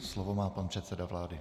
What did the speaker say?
Slovo má pan předseda vlády.